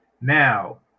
Now